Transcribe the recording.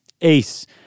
ace